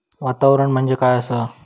वातावरण म्हणजे काय आसा?